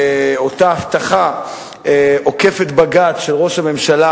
אותה הבטחה עוקפת בג"ץ של ראש הממשלה